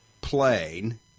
plane